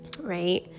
right